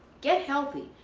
get healthy.